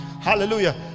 Hallelujah